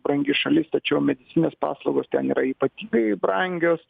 brangi šalis tačiau medicininės paslaugos ten yra ypatingai brangios